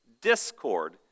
Discord